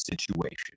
situation